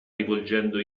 rivolgendo